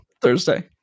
Thursday